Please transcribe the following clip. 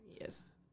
Yes